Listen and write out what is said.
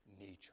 nature